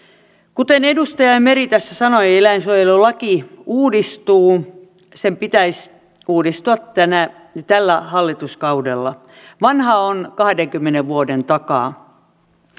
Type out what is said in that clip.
kuten edustaja meri tässä sanoi eläinsuojelulaki uudistuu sen pitäisi uudistua tällä hallituskaudella vanha on kahdenkymmenen vuoden takaa